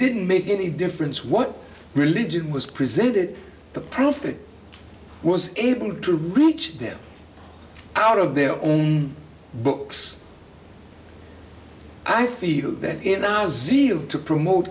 didn't make any difference what religion was presented the prophet was able to reach them out of their own books i feel that in our zeal to promote